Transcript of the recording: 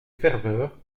ferveur